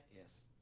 Yes